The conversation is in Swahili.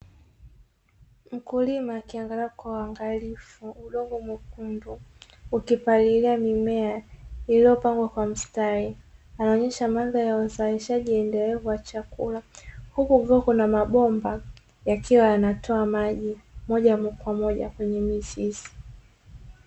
Mkulima akiangalia kwa uangalifu udongo mwekundu akipalilia mimea iliyopangwa kwa mstari inayoonyesha mandhari ya uzalishaji endelevu ya chakula, huku kukiwa kuna mabomba yakiwa yanatoa maji moja kwa moja kwenye mizizi.